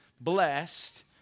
blessed